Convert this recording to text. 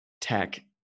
tech